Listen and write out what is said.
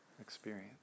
experience